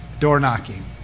door-knocking